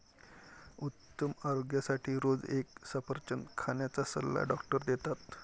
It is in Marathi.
उत्तम आरोग्यासाठी रोज एक सफरचंद खाण्याचा सल्ला डॉक्टर देतात